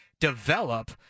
develop